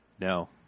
No